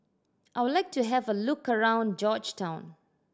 I would like to have a look around Georgetown